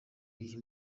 iyi